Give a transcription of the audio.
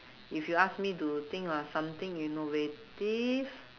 if you ask me to think of something innovative